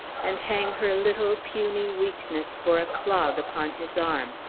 and hang her little, puny weakness for a clog upon his arm!